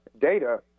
data